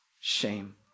shame